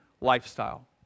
lifestyle